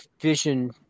vision